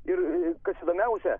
ir kas įdomiausia